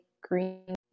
green